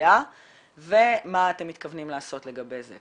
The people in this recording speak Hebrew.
הצפויה ומה אתם מתכוונים לעשות לגבי זה.